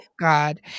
God